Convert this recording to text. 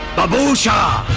babhusha!